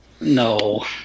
No